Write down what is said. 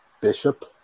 Bishop